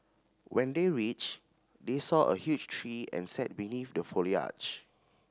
when they reached they saw a huge tree and sat beneath the foliage